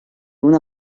una